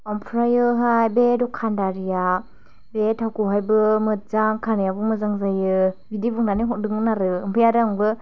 ओमफ्राय हाय बे दखानदरिया बे थावखौहायबो मोजां खानाइयाबो मोजां जायो बिदि बुंनानै हरदोंमोन आरो ओमफ्राय आरो आंबो